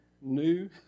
new